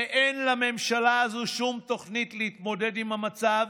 ואין לממשלה הזו שום תוכנית להתמודד עם המצב,